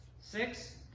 Six